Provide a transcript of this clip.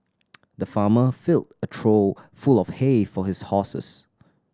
the farmer filled a trough full of hay for his horses